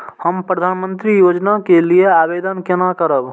हम प्रधानमंत्री योजना के लिये आवेदन केना करब?